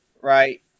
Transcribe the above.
Right